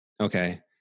Okay